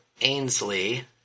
Ainsley